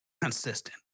consistent